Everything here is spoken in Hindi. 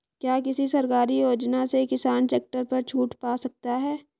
क्या किसी सरकारी योजना से किसान ट्रैक्टर पर छूट पा सकता है?